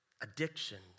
addictions